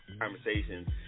conversations